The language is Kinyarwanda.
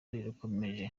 rirakomeje